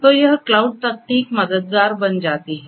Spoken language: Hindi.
तो यह क्लाउड तकनीक मददगार बन जाती है